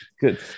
Good